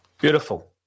Beautiful